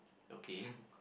okay